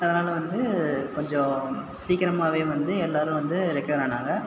அதனால் வந்து கொஞ்சம் சீக்கிரமாவே வந்து எல்லோரும் வந்து ரெகவர் ஆனாங்க